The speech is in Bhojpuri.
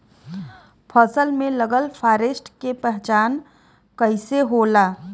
फसल में लगल फारेस्ट के पहचान कइसे होला?